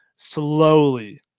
Slowly